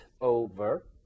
over